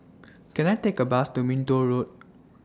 Can I Take A Bus to Minto Road